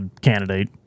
candidate